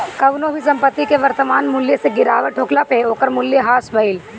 कवनो भी संपत्ति के वर्तमान मूल्य से गिरावट होखला पअ ओकर मूल्य ह्रास भइल